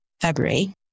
February